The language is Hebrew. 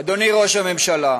אדוני ראש הממשלה.